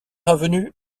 avenue